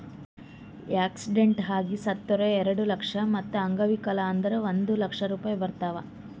accident ಆಗಿ ಸತ್ತುರ್ ಎರೆಡ ಲಕ್ಷ, ಮತ್ತ ಅಂಗವಿಕಲ ಆದುರ್ ಒಂದ್ ಲಕ್ಷ ರೂಪಾಯಿ ಬರ್ತಾವ್